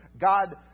God